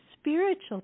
spiritual